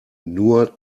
nur